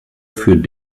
für